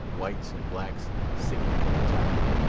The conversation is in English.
whites and blacks singing at the tackle.